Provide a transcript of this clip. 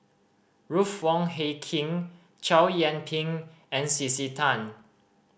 Ruth Wong Hie King Chow Yian Ping and C C Tan